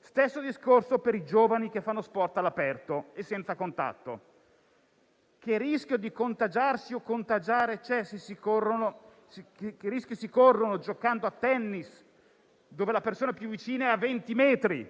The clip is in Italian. Stesso discorso vale per i giovani che fanno sport all'aperto e senza contatto. Che rischi di contagiarsi o contagiare si corrono giocando a tennis, dove la persona più vicina è a venti metri,